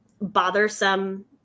bothersome